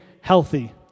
healthy